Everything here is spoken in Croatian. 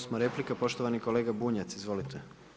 8. replika poštovani kolega Bunjac, izvolite.